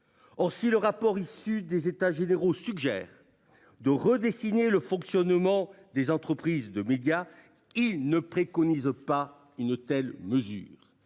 Si le rapport issu des États généraux suggère de revoir le fonctionnement des entreprises de médias, il ne préconise nullement une telle mesure,